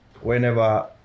whenever